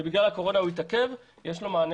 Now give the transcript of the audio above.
ובגלל הקורונה הוא התעכב יש לו,